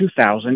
2000